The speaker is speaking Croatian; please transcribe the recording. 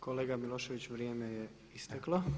Kolega Milošević vrijeme je isteklo.